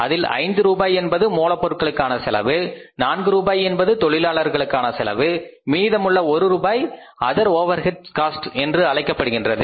அதில் ஐந்து ரூபாய் என்பது மூலப்பொருட்களுக்கான செலவு நான்கு ரூபாய் என்பது தொழிலாளர்களுக்கான செலவு மீதமுள்ள ஒரு ரூபாய் அதர் ஓவர்ஹெட் காஸ்ட் ஆகும்